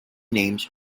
names